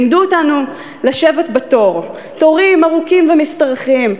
לימדו אותנו לשבת בתור, תורים ארוכים ומשתרכים.